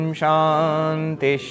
Shanti